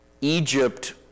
Egypt